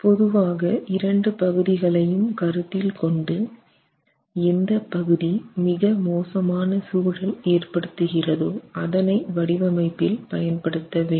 பொதுவாக இரண்டு பகுதிகளையும் கருத்தில் கொண்டு எந்த பகுதி மிக மோசமான சூழல் ஏற்படுத்துகிறதோ அதனை வடிவமைப்பில் பயன்படுத்த வேண்டும்